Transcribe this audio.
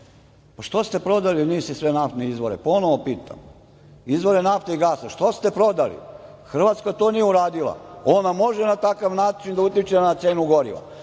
pa što ste prodali NIS i sve naftne izvore. Ponovo pitam, izvore nafte i gasa, što ste prodali? Hrvatska to nije uradila. Ona može na takav način da utiče na cenu goriva,